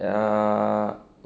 err